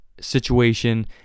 situation